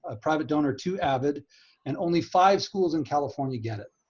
ah private donor to avid and only five schools in california get it.